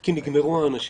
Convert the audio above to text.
כי נגמרו האנשים,